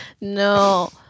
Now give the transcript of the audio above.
No